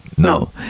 No